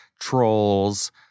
trolls